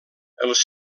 els